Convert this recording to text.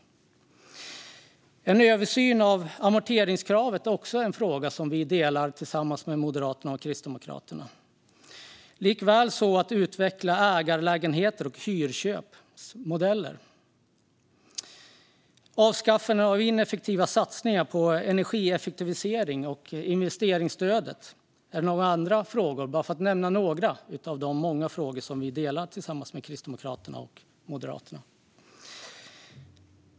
Frågan om en översyn av amorteringskravet är också en fråga som vi delar med Moderaterna och Kristdemokraterna, likaså frågan om att utveckla ägarlägenheter och hyrköpsmodeller. Avskaffande av ineffektiva satsningar på energieffektivisering och investeringsstödet är andra frågor. Då har jag bara nämnt några av de många frågor som vi delar med Kristdemokraterna och Moderaterna.